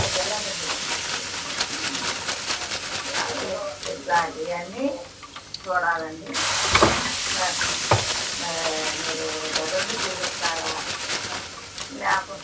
అదే బిర్లా టెంపుల్ ఇలాంటివన్నీ చూడాలి అండి మీరు దగ్గరుండి చూపిస్తారా లేకుంటే